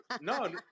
no